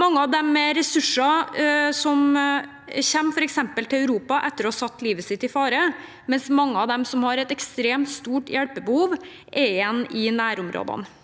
Mange av dem med ressurser kommer f.eks. til Europa etter å ha satt livet sitt i fare, mens mange av dem som har et ekstremt stort hjelpebehov, er igjen i nærområdene.